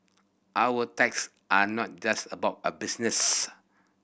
our ties are not just about a business